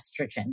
estrogen